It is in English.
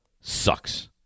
sucks